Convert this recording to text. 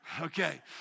Okay